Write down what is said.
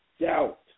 doubt